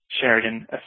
Sheridan